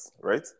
right